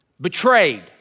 betrayed